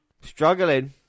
struggling